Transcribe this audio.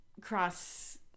cross-